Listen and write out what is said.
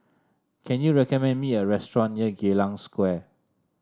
can you recommend me a restaurant near Geylang Square